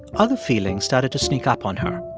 other feelings started to sneak up on her.